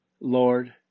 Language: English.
Lord